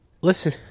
Listen